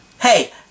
Hey